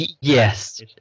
yes